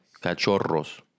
cachorros